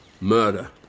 Murder